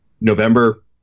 November